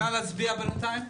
אפשר להצביע בינתיים?